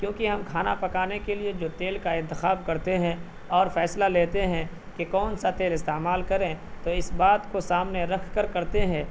کیونکہ ہم کھانا پکانے کے لیے جو تیل کا انتخاب کرتے ہیں اور فیصلہ لیتے ہیں کہ کون سا تیل استعمال کریں تو اس بات کو سامنے رکھ کر کرتے ہیں